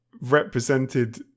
represented